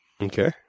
Okay